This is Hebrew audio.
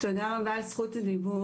תודה רבה על זכות הדיבור.